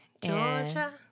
Georgia